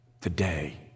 today